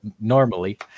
normally